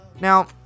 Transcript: Now